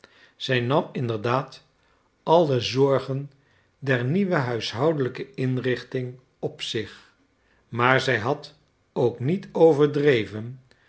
zij nam inderdaad alle zorgen der nieuwe huishoudelijke inrichting op zich maar zij had ook niet overdreven